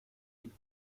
den